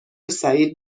سعید